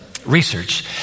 research